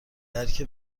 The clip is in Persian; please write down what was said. درک